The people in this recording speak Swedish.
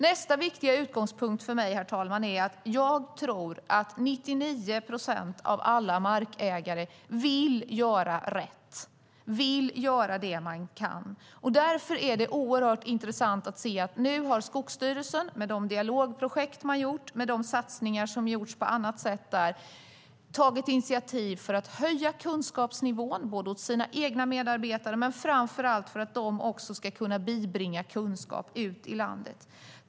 Nästa viktiga utgångspunkt för mig, herr talman, är att jag tror att 99 procent av alla markägare vill göra rätt och vill göra det de kan. Därför är det intressant att se att Skogsstyrelsen, med de dialogprojekt man startat och med de satsningar som har gjorts på annat sätt, nu har tagit initiativ för att höja kunskapsnivån hos sina egna medarbetare, framför allt för att de ska kunna bibringa kunskap ut i landet.